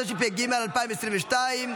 התשפ"ג 2022,